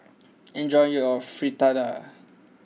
enjoy your Fritada